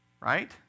right